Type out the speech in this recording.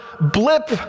blip